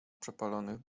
przepalonych